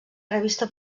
revista